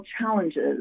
challenges